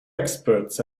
experts